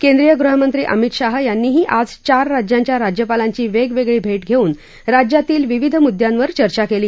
केंद्रीय गृहमंत्री अमित शाह यांनीही आज चार राज्यांच्या राज्यपालांची वविकिती भटीघरिन राज्यातील विविध मुद्यांवर चर्चा कली